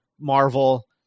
Marvel